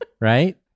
right